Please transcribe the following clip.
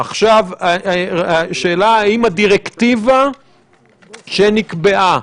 עכשיו, השאלה היא: האם הדירקטיבה שנקבעה